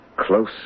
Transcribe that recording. close